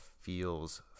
Feels